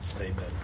amen